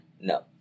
No